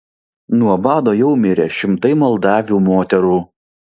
nuo bado jau mirė šimtai moldavių moterų